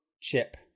chip